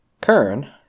Kern